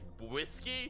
Whiskey